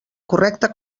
correcta